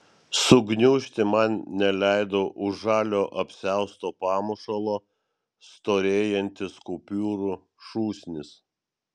sugniužti man neleido už žalio apsiausto pamušalo storėjantis kupiūrų šūsnis